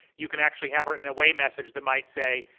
you can actually have it in an away message that might say,